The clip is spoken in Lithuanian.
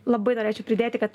labai norėčiau pridėti kad